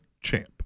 champ